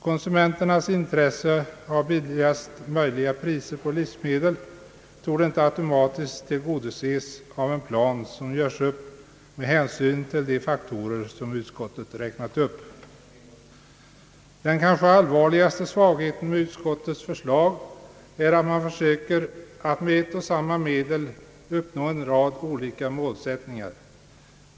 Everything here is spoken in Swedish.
Konsumenternas intresse av lägsta möjliga priser på livsmedel torde inte automatiskt tillgodoses genom en plan som görs upp med hänsyn till de faktorer som utskottet räknat upp. Den kanske allvarligaste svagheten med utskottets förslag är att man försöker att med ett och samma medel uppnå en rad olika målsättningar.